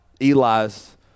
Eli's